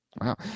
Wow